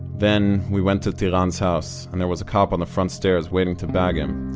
then we went to tiran's house, and there was a cop on the front stairs waiting to bag him,